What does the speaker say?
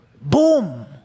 Boom